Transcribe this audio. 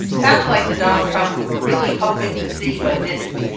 sounds like the donald trump we were really hoping to see but didn't,